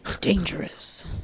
dangerous